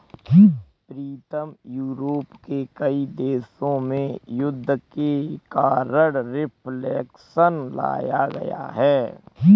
प्रीतम Europe के कई देशों में युद्ध के कारण रिफ्लेक्शन लाया गया है